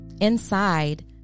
Inside